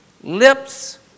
lips